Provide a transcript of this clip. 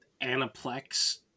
Anaplex